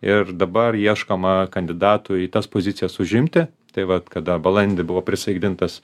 ir dabar ieškoma kandidatų į tas pozicijas užimti tai vat kada balandį buvo prisaikdintas